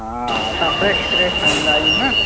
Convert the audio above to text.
हा असां fresh fresh ठाहींदा आहियूं न